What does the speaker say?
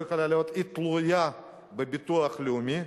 והיא תלויה בביטוח לאומי,